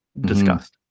discussed